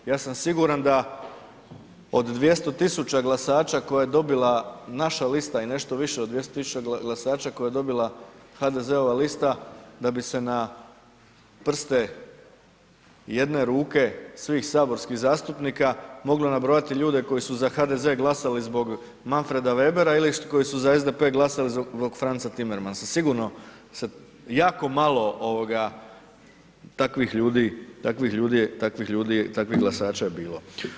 Ja sam siguran da od 200 000 glasača koje je dobila naša lista i nešto više od 200 000 glasača koje je dobila HDZ-ova lista da bi se na prste jedne ruke svih saborskih zastupnika moglo nabrojati ljude koji su za HDZ glasali zbog Manfreda Webera ili koji su za SDP glasali zbog Fransa Timmermansa, sigurno se jako malo takvih ljudi, takvih glasača je bilo.